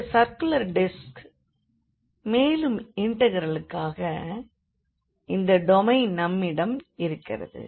அந்த circular disc மேலும் இண்டெக்ரலுக்காக இந்த டொமைன் நம்மிடம் இருக்கிறது